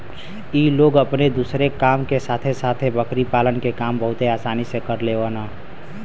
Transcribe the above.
इ लोग अपने दूसरे काम के साथे साथे बकरी पालन के काम बहुते आसानी से कर लेवलन